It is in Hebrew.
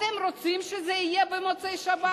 אתם רוצים שזה יהיה במוצאי-שבת?